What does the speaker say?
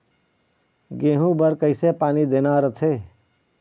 गेहूं बर कइसे पानी देना रथे?